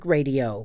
Radio